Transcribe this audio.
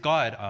God